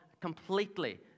completely